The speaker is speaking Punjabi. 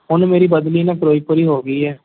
ਹੁਣ ਮੇਰੀ ਬਦਲੀ ਨਾ ਫਿਰੋਜ਼ਪੁਰ ਈ ਹੋ ਗਈ ਹੈ